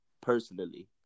personally